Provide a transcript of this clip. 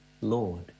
Lord